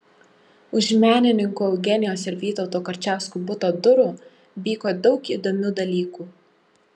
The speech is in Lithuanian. už menininkų eugenijos ir vytauto karčiauskų buto durų vyko daug įdomių dalykų